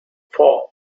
four